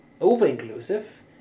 over-inclusive